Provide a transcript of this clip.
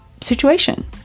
situation